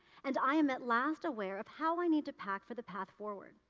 and i am at last aware of how i need to pack for the path forward.